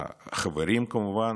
חברים, כמובן,